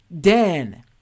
Dan